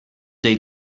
they